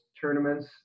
tournaments